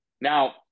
Now